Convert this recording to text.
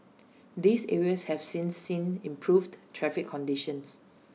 these areas have since seen improved traffic conditions